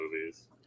movies